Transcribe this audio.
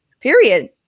period